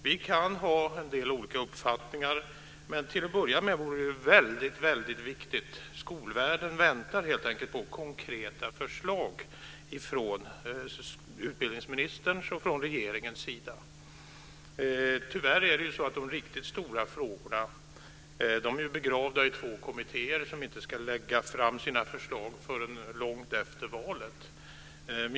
Vi kan ha en del olika uppfattningar, men en sak är väldigt viktig: Skolvärlden väntar helt enkelt på konkreta förslag från utbildningsministerns och regeringens sida. Tyvärr är de riktigt stora frågorna begravda i två kommittéer som inte ska lägga fram sina förslag förrän långt efter valet.